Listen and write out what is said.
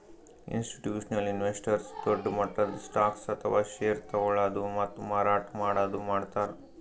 institutional investors ದೊಡ್ಡ್ ಮಟ್ಟದ್ stocks ಅಥವಾ ಷೇರ್ ತಗೋಳದು ಮತ್ತ್ ಮಾರಾಟ್ ಮಾಡದು ಮಾಡ್ತಾರ್